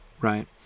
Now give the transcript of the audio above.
right